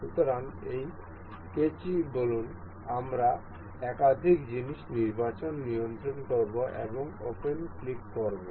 সুতরাং এই কাঁচি বলুন আমরা একাধিক জিনিস নির্বাচন নিয়ন্ত্রণ করব এবং ওপেন ক্লিক করব